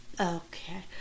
Okay